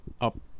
up